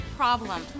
problem